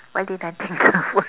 why didn't I think through